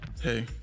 Hey